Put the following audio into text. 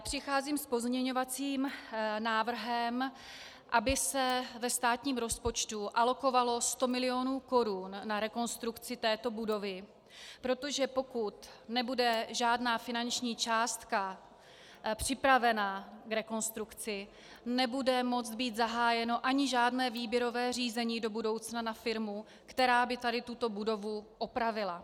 Přicházím s pozměňovacím návrhem, aby se ve státním rozpočtu alokovalo 100 mil. korun na rekonstrukci této budovy, protože pokud nebude žádná finanční částka připravena k rekonstrukci, nebude moci být zahájeno ani žádné výběrové řízení do budoucna na firmu, která by tuto budovu opravila.